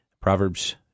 Proverbs